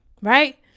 Right